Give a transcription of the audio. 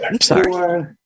sorry